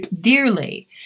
dearly